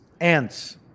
ants